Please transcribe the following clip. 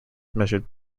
measured